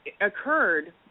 occurred